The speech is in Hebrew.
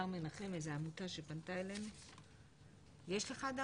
שומעים אותי?